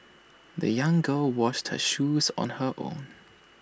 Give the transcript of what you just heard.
the young girl washed her shoes on her own